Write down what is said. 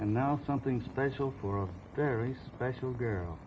and now something special for us very special girl